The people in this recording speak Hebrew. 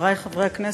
חברי חברי הכנסת,